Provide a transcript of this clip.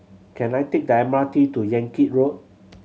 can I take the M R T to Yan Kit Road